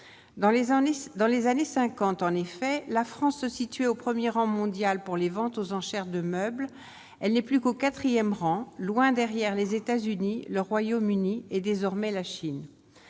dans les années 50 en effet, la France se situe au 1er rang mondial pour les ventes aux enchères de meubles, elle n'est plus qu'au 4ème rang, loin derrière les États-Unis, le Royaume-Uni et désormais la Chine